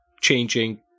changing